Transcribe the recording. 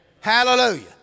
Hallelujah